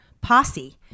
posse